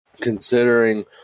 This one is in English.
considering